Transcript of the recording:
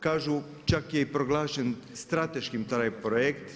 Kažu čak je i proglašen strateški projekt.